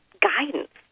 guidance